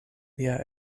lia